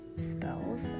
spells